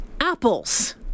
apples